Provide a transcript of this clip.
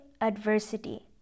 adversity